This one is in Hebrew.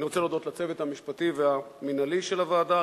אני רוצה להודות לצוות המשפטי והמינהלי של הוועדה,